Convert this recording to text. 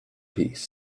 piece